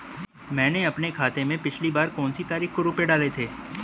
मैंने अपने खाते में पिछली बार कौनसी तारीख को रुपये डाले थे?